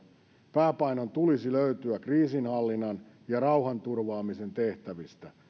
pääpainon tulisi löytyä kriisinhallinnan ja rauhanturvaamisen tehtävistä